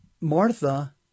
Martha